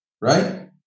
Right